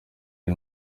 iri